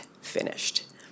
finished